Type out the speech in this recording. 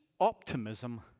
Optimism